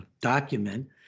document